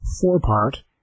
four-part